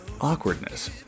Awkwardness